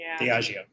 Diageo